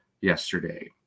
yesterday